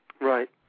Right